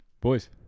Boys